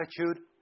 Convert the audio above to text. attitude